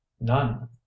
none